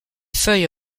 feuilles